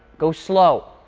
go slow.